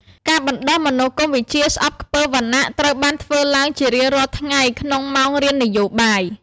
ការបណ្ដុះមនោគមវិជ្ជាស្អប់ខ្ពើមវណ្ណៈត្រូវបានធ្វើឡើងជារៀងរាល់ថ្ងៃក្នុងម៉ោងរៀននយោបាយ។